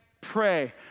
pray